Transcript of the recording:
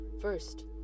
First